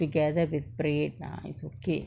together with bread ah it's okay